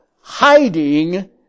hiding